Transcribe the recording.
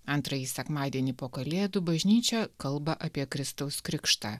antrąjį sekmadienį po kalėdų bažnyčia kalba apie kristaus krikštą